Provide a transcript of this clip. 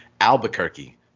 Albuquerque